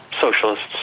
socialists